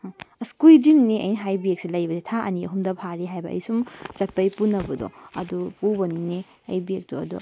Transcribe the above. ꯑꯁ ꯀꯨꯏꯗ꯭ꯔꯤꯅꯦ ꯑꯩ ꯍꯥꯏꯔꯤꯕ ꯕꯦꯒꯁꯤ ꯂꯩꯕꯁꯤ ꯊꯥ ꯑꯅꯤ ꯑꯍꯨꯝꯗ ꯐꯥꯔꯤ ꯍꯥꯏꯕ ꯑꯩ ꯁꯨꯝ ꯆꯠꯄꯩ ꯄꯨꯅꯕꯗꯣ ꯑꯗꯨ ꯄꯨꯕꯅꯤꯅꯦ ꯑꯩ ꯕꯦꯒꯇꯣ ꯑꯗꯣ